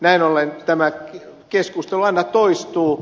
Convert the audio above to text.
näin ollen tämä keskustelu aina toistuu